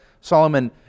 Solomon